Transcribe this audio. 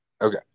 Okay